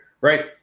right